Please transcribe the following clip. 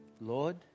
Lord